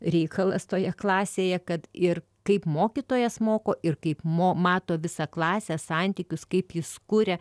reikalas toje klasėje kad ir kaip mokytojas moko ir kaip mo mato visą klasę santykius kaip jis kuria